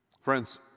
Friends